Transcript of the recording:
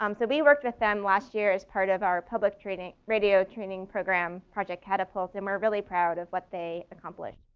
um so we worked with them last year as part of our public radio training program project, catapult, and we're really proud of what they accomplished.